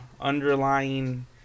underlying